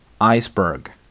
iceberg